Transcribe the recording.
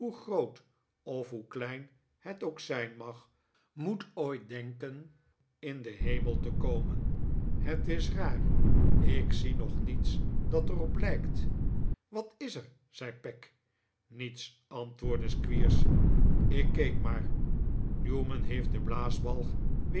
groot of klein het ook zijn mag moet ooit denken in den hemel te komen het is raar ik zie nog niets dat er op lijkt wat is er zei peq niets antwoordde squeers ik keek maar newman hief den